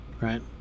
right